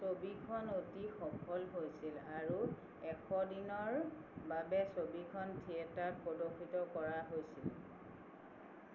ছবিখন অতি সফল হৈছিল আৰু এশ দিনৰ বাবে ছবিখন থিয়েটাৰত প্ৰদৰ্শিত কৰা হৈছিল